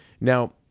Now